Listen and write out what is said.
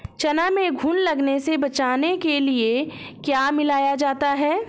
चना में घुन लगने से बचाने के लिए क्या मिलाया जाता है?